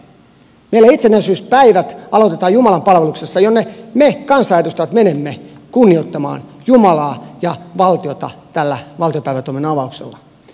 meillä itsenäisyyspäivät aloitetaan jumalanpalveluksessa jonne me kansanedustajat menemme kunnioittamaan jumalaa ja valtiota tällä valtiopäivätoiminnan avauksella